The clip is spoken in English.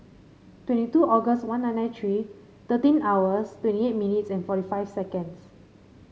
twenty two August one nine nine three thirteen hours twenty eight minutes and forty five seconds